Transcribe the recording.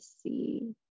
see